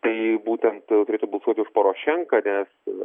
tai būtent turėtų balsuoti už porošenką nes